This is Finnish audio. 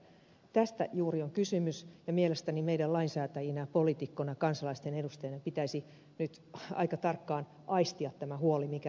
tästä juuri on kysymys ja mielestäni meidän lainsäätäjinä poliitikkoina kansalaisten edustajina pitäisi nyt aika tarkkaan aistia tämä huoli mikä ihmisillä on